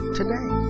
today